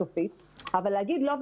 להגיד לא,